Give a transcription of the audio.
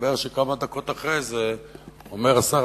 מסתבר שכמה דקות אחרי זה אומר השר